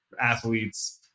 athletes